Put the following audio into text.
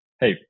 hey